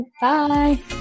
Bye